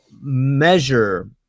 measure